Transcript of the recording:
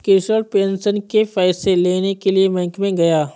Krishna pension के पैसे लेने के लिए बैंक में गया